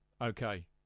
Okay